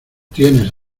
tienes